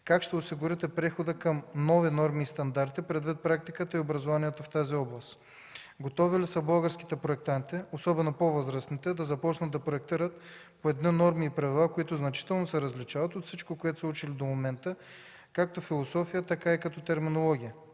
Как ще осигурите прехода към нови норми и стандарти предвид практиката и образованието в тази област? Готови ли са българските проектанти, особено по-възрастните, да започнат да проектират по едни норми и правила, които значително се различават от всичко, което са учили до момента както като философия, така и като терминология?